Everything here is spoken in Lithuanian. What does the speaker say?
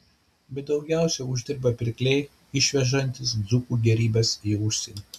bet daugiausiai uždirba pirkliai išvežantys dzūkų gėrybes į užsienį